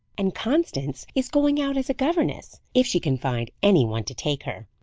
and constance is going out as a governess, if she can find any one to take her,